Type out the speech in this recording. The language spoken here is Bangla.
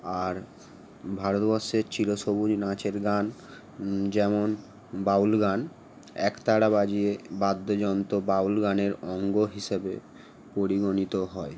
আর ভারতবর্ষের চিরসবুজ নাচের গান যেমন বাউল গান একতারা বাজিয়ে বাদ্যযন্ত্র বাউল গানের অঙ্গ হিসেবে পরিগণিত হয়